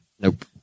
Nope